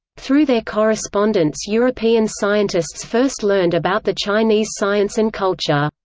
through their correspondence european scientists first learned about the chinese science and culture.